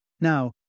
Now